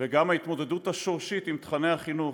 וגם ההתמודדות השורשית עם תוכני החינוך.